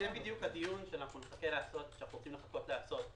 זה בדיוק הדיון שאנחנו רוצים לחכות לעשות.